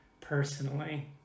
personally